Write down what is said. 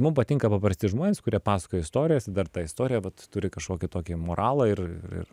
mum patinka paprasti žmonės kurie pasakoja istorijas ir dar ta istorija vat turi kažkokį tokį moralą ir ir